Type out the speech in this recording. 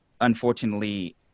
unfortunately